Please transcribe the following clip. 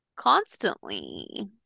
Constantly